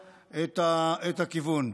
בקואליציה.